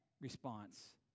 response